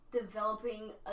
developing